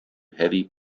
heavy